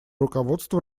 руководство